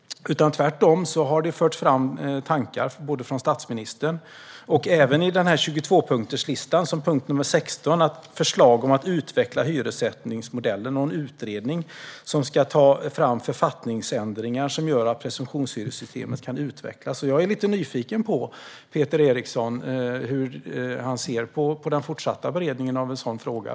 Det har tvärtom förts fram tankar från statsministern och förslag om att utveckla hyressättningsmodellen, i punkt 16 på 22-punktslistan. Det handlar om en utredning som ska ta fram författningsändringar som gör så att presumtionshyressystemet kan utvecklas. Jag är lite nyfiken på hur Peter Eriksson ser på den fortsatta beredningen av en sådan fråga.